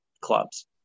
clubs